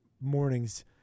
mornings